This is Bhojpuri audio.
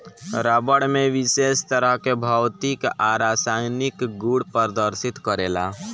रबड़ में विशेष तरह के भौतिक आ रासायनिक गुड़ प्रदर्शित करेला